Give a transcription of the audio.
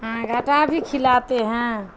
ہاں گھٹا بھی کھلاتے ہیں